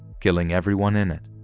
killing everyone in it.